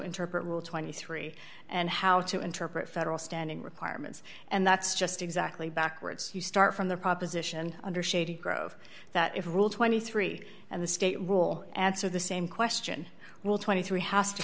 interpret rule twenty three and how to interpret federal standing requirements and that's just exactly backwards you start from the proposition under shady grove that if rule twenty three and the state rule answer the same question will twenty three has to